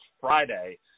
Friday